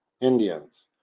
Indians